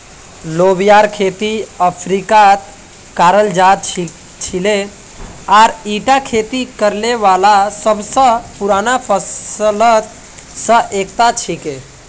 लोबियार खेती अफ्रीकात कराल जा छिले आर ईटा खेती करने वाला सब स पुराना फसलत स एकता छिके